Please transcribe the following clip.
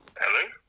Hello